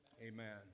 Amen